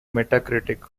metacritic